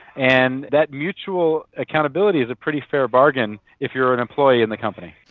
and that mutual accountability is a pretty fair bargain if you are an employee in the company.